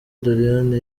doriane